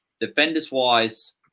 Defenders-wise